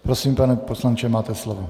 Prosím, pane poslanče, máte slovo.